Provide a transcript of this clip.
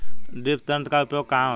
Drip तंत्र का उपयोग कहाँ होता है?